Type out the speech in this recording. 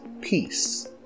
Peace